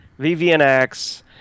VVNX